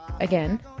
Again